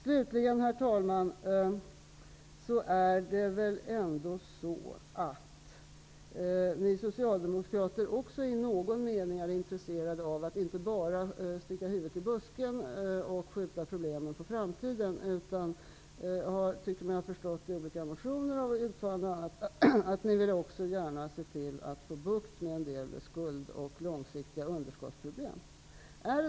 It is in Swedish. Slutligen, herr talman, är väl ändå ni socialdemokrater också i någon mening intresserade av att inte bara sticka huvudet i busken och skjuta problemen på framtiden. Jag tycker mig ha förstått, av olika motioner och uttalanden, att ni vill se till att vi får bukt med en del skuldproblem och långsiktiga underskottsproblem.